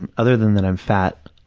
and other than that i'm fat,